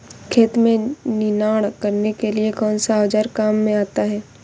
खेत में निनाण करने के लिए कौनसा औज़ार काम में आता है?